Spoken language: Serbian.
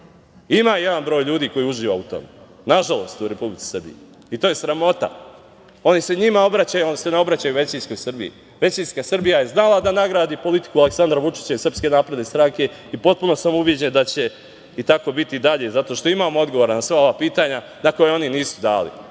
jedan broj ljudi koji uživa u tome, nažalost, u Republici Srbiji. I to je sramota. Oni se njima obraćaju, ali se ne obraćaju većinskoj Srbiji. Većinska Srbija je znala da nagradi politiku Aleksandra Vučića i SNS i potpuno sam ubeđen da će tako biti i dalje, zato što imamo odgovore na sva ova pitanja na koja oni nisu